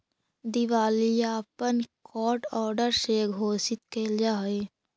दिवालियापन court order से घोषित कैल जा हई